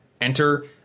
enter